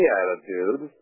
attitude